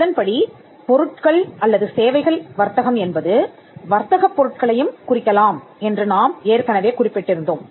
இதன்படி பொருட்கள் அல்லது சேவைகள் வர்த்தகம் என்பது வர்த்தகப் பொருட்களையும் குறிக்கலாம் என்று நாம் ஏற்கனவே குறிப்பிட்டிருந்தோம்